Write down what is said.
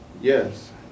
Yes